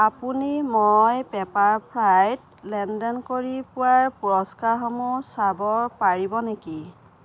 আপুনি মই পেপাৰফ্ৰাইত লেনদেন কৰি পোৱা পুৰস্কাৰসমূহ চাব পাৰিব নেকি